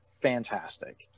fantastic